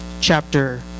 chapter